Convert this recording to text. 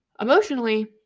emotionally